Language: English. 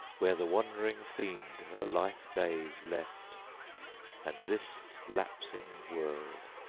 where the wandering fiend her life-days left and this lapsing world.